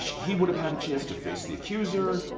he would have had a chance to face the accuser,